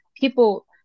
People